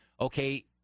Okay